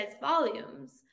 volumes